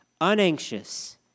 unanxious